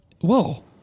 whoa